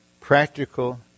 practical